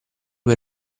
per